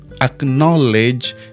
acknowledge